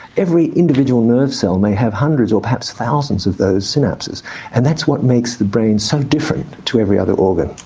every individual nerve cell may have hundreds or perhaps thousands of those synapses and that's what makes the brain so different to every other organ.